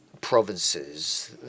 provinces